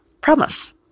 Promise